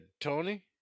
Tony